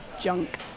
junk